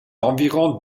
environs